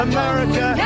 America